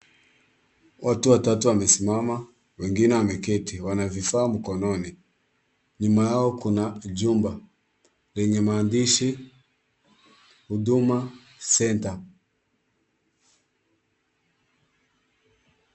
Watu watatu wamesimama, wengine wameketi. Wana vifaa mkononi. Nyuma yao kuna jumba lenye maandishi Huduma Centre.